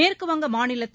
மேற்குவங்கமாநிலத்தில்